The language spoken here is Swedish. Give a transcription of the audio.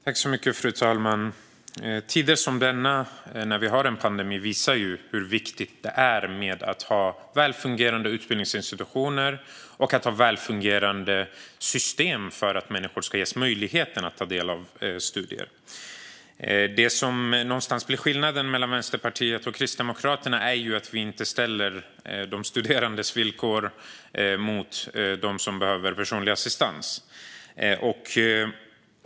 Fru talman! Tider som denna med en pandemi visar hur viktigt det är med väl fungerande utbildningsinstitutioner och att ha väl fungerande system för att människor ska ges möjligheten att studera. Det som någonstans blir skillnaden mellan Vänsterpartiet och Kristdemokraterna är att vi inte ställer de studerandes villkor mot dem som behöver personlig assistans.